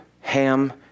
Ham